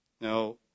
Now